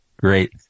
Great